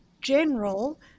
general